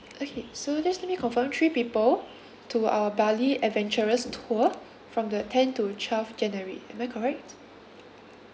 okay so just let me confirm three people to uh bali adventurous tour from the tenth to twelfth january am I correct